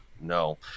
no